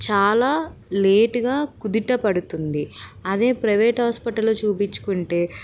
చాలా లేటుగా కుదుట పడుతుంది అదే ప్రైవేట్ హాస్పిటల్లో చూపించుకుంటే